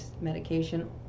medication